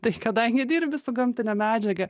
tai kadangi dirbi su gamtine medžiaga